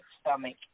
stomach